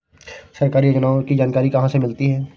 सरकारी योजनाओं की जानकारी कहाँ से मिलती है?